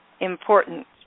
important